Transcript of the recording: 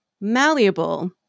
malleable